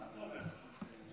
ערב טוב, חבריי חברי הכנסת,